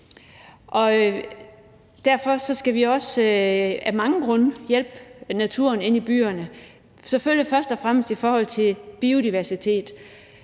Derfor skal vi af mange grunde hjælpe naturen inde i byerne. Selvfølgelig er det først og fremmest i forhold til biodiversitet.